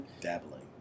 Dabbling